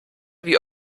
wie